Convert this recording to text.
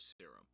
serum